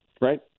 Right